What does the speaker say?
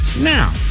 now